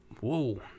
whoa